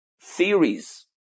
theories